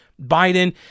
Biden